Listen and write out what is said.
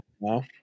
No